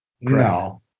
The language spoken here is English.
No